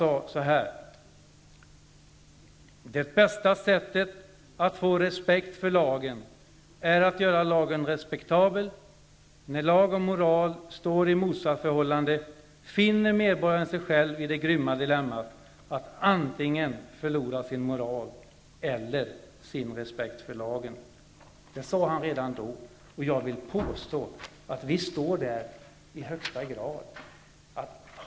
Han sade: Det bästa sättet att få respekt för lagen är att göra lagen respektabel. När lag och moral står i motsatsförhållande finner medborgaren sig själv i det grymma dilemmat att antingen förlora sin moral eller sin respekt för lagen. Detta sade han redan i början av 1800-talet. Och jag vill påstå att vi i dag i högsta grad är där.